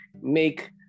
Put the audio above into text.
make